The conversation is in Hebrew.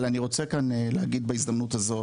אבל אני רוצה להגיד בהזדמנות הזאת,